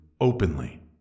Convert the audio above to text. openly